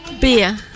beer